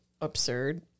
absurd